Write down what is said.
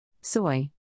Soy